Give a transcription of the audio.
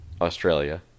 Australia